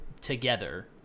together